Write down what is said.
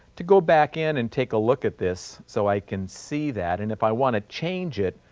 to go back in and take a look at this so i can see that and if i want to change it,